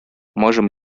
можем